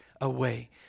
away